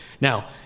Now